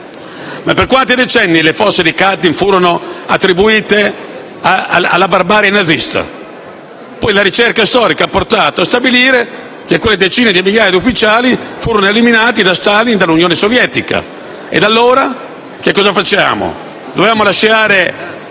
per quanti decenni le fosse di Katyn furono attribuite alla barbarie nazista? Poi, la ricerca storica ha portato a stabilire che quelle decine di migliaia di ufficiali furono eliminati da Stalin e dall'Unione sovietica. E allora, che cosa facciamo? Dobbiamo lasciar